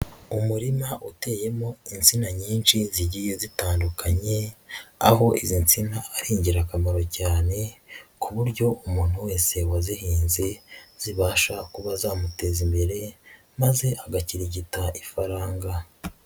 Umurima uteyemo insina nyinshi zigiye zitandukanye, aho iz'insina ari ingirakamaro cyane ku buryo umuntu wese wazihinze zibasha kuba zamuteza imbere maze agakirigita ifaranga.